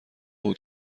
بود